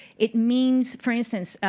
it means, for instance,